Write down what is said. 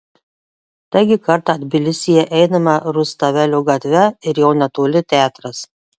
taigi kartą tbilisyje einame rustavelio gatve ir jau netoli teatras